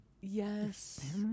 Yes